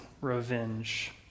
revenge